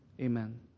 amen